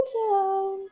down